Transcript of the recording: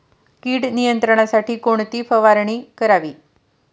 कीड नियंत्रणासाठी कोणती फवारणी करावी?